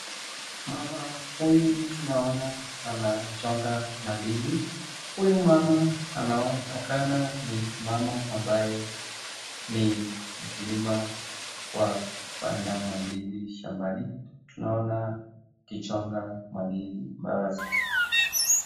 Mama huyu tunaona anachonga mandizi na anaonekana ni mkulima wa ndizi shambani.